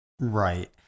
Right